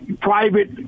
private